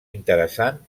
interessant